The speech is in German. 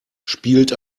spielt